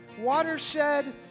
watershed